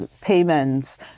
payments